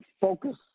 focus